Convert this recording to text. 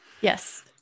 Yes